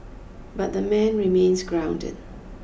but the man remains grounded